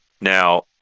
Now